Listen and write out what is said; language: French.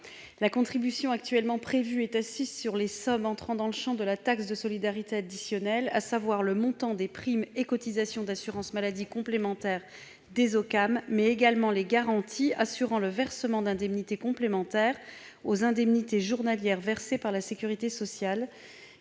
La contribution actuellement prévue est assise sur les sommes entrant dans le champ de la taxe de solidarité additionnelle, à savoir le montant des primes et cotisations d'assurance maladie complémentaire des OCAM, mais également les garanties assurant le versement d'indemnités complémentaires aux indemnités journalières versées par la sécurité sociale